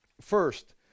First